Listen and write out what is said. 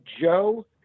Joe